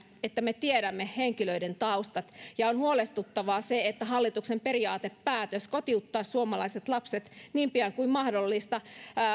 että me tiedämme henkilöiden taustat on huolestuttavaa että hallituksen periaatepäätös kotiuttaa suomalaiset lapset niin pian kuin mahdollista